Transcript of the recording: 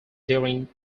during